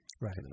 Right